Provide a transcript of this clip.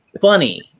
funny